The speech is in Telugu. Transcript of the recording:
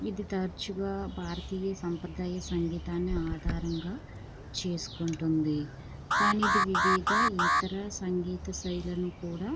ఇది తరచుగా భారతీయ సాంప్రదాయ సంగీతాన్ని ఆధారంగా చేసుకుంటుంది కానీ ఇది వివిధ ఇతర సంగీత శైలిని కూడా